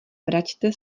vraťte